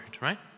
right